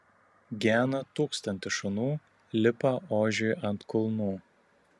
gena tūkstantis šunų lipa ožiui ant kulnų